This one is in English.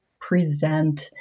present